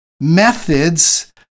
methods